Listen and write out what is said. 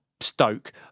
stoke